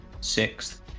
Sixth